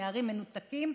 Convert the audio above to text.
נערים מנותקים,